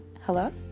Hello